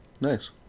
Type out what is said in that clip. Nice